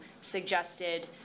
suggested